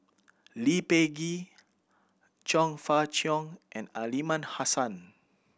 Lee Peh Gee Chong Fah Cheong and Aliman Hassan